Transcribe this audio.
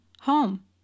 home